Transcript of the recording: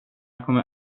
kommer